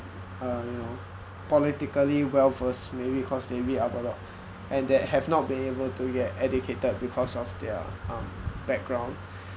uh you know politically well-versed maybe cause they read up a lot and they have not been able to get educated because of their um background